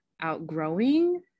outgrowing